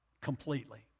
completely